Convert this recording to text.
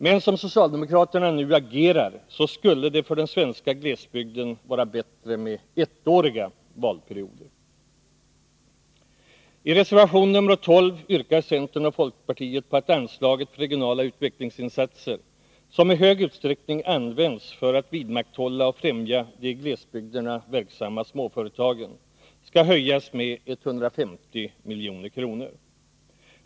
Men som socialdemokraterna nu agerar så skulle det för den svenska glesbygden vara bättre med ettåriga valperioder. I reservation nr 12 yrkar centern och folkpartiet på att anslaget för regionala utvecklingsinsatser, som i stor utsträckning används för att vidmakthålla och främja de i glesbygderna verksamma småföretagen, skall höjas med 150 milj.kr.